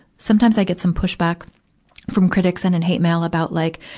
sometimes i get some pushback from critics and in hate mail about like,